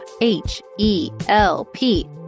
H-E-L-P